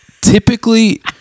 typically